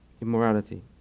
Immorality